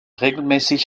regelmäßig